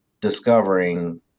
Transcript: discovering